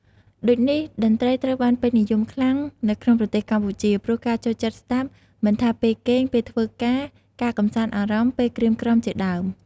ដូចនេះតន្រ្តីត្រូវបានពេញនិយមខ្លាំងនៅក្នុងប្រទេសកម្ពុជា ព្រោះការចូលចិត្តស្តាប់មិនថាពេលគេង ពេលធ្វើការ ការកម្សាន្តអារម្មណ៍ ពេលក្រៀមក្រំជាដើម។